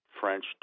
French